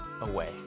away